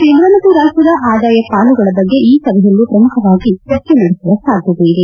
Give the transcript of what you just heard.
ಕೇಂದ್ರ ಮತ್ತು ರಾಜ್ಯದ ಆದಾಯ ಪಾಲುಗಳ ಬಗ್ಗೆ ಈ ಸಭೆಯಲ್ಲಿ ಪ್ರಮುಖವಾಗಿ ಚರ್ಚೆ ನಡೆಸುವ ಸಾಧ್ಯತೆ ಇದೆ